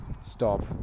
stop